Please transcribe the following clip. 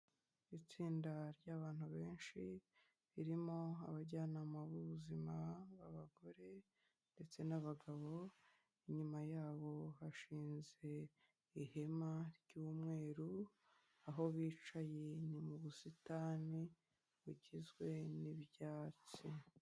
Itsinda ry'abantu benshi, ririmo abajyanama b'ubuzima b'abagore ndetse n'abagabo, inyuma yabo hashinze ihema ry'umweru, aho bicaye ni mu busitani bugizwe n'ibyatsi.